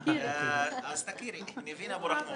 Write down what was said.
הסתייגות 2 מי בעד?